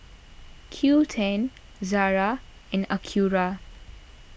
Qoo ten Zara and Acura